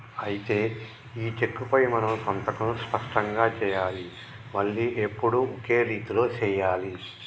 అయితే ఈ చెక్కుపై మనం సంతకం స్పష్టంగా సెయ్యాలి మళ్లీ ఎప్పుడు ఒకే రీతిలో సెయ్యాలి